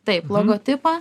taip logotipą